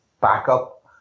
backup